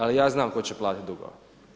Ali ja znam tko će platiti dugove.